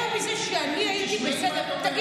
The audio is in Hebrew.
אבל יותר מזה שאני הייתי בסדר, תשמעי מה את אומרת.